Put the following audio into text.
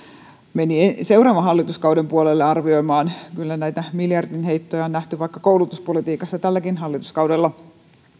meni seuraavan hallituskauden puolelle arvioimaan kyllä näitä miljardin heittoja on nähty vaikka koulutuspolitiikassa tälläkin hallituskaudella